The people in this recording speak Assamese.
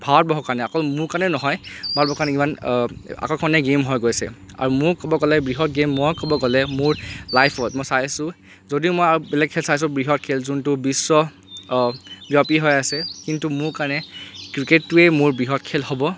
ভাৰতবৰ্ষৰ কাৰণে অকল মোৰ কাৰণে নহয় ভাৰতবৰ্ষৰ কাৰণে কিমান আকৰ্ষণীয় গেইম হৈ গৈ আছে আৰু মোৰ ক'ব গ'লে বৃহৎ গেইম মই ক'ব গ'লে মোৰ লাইফত মই চাইছোঁ যদিও মই আৰু বেলেগ খেল চাইছোঁ বৃহৎ খেল যোনটো বিশ্ব ব্যাপী হৈ আছে কিন্তু মোৰ কাৰণে ক্ৰিকেটটোৱে মোৰ বৃহৎ খেল হ'ব